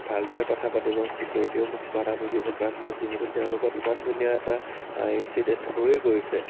ভালদৰে কথা পাতিব চিকি'ৰ্টিয়েও মোক বাধা নিদিব কাৰণ মই যিহেতু তেওঁৰ লগত ইমান ধুনীয়া এটা ইঞ্চিডেণ্ট হৈ গৈছে